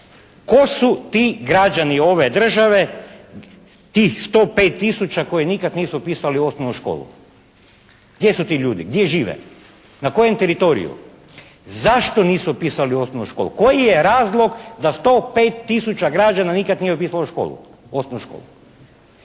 tko su ti građani ove države tih 105000 koji nikad nisu upisali osnovnu školu. Gdje su ti ljudi? Gdje žive? Na kojem teritoriju? Zašto nisu upisali osnovnu školu? Koji je razlog da 105000 građana nikada nije upisalo školu,